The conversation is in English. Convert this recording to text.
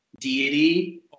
deity